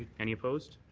any opposed?